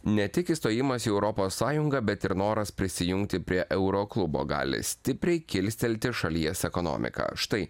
ne tik įstojimas į europos sąjungą bet ir noras prisijungti prie euro klubo gali stipriai kilstelti šalies ekonomiką štai